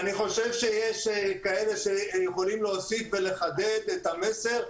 אני חושב שיש כאלה שיכולים להוסיף ולחדד את המסר,